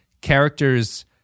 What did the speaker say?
characters